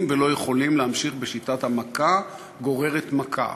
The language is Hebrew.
ולא יכולים להמשיך בשיטת המכה גוררת מכה,